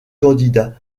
candidat